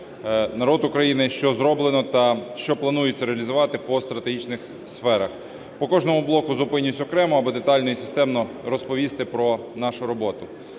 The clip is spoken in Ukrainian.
народ України, що зроблено та що планується реалізувати по стратегічних сферах. По кожному блоку зупинюсь окремо, аби детально і системно розповісти про нашу роботу.